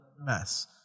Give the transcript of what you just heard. mess